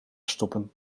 stoppen